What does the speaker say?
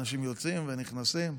אנשים יוצאים ונכנסים,